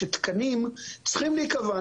שתקנים צריכים להיקבע,